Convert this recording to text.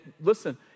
listen